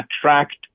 attract